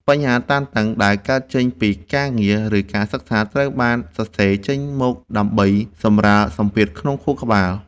បញ្ហាតានតឹងដែលកើតចេញពីការងារ ឬការសិក្សា ត្រូវបានសរសេរចេញមកដើម្បីសម្រាលសម្ពាធក្នុងខួរក្បាល។